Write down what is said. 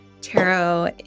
tarot